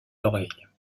l’oreille